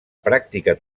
pràctica